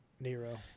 Nero